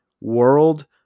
world